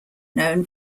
known